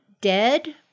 Dead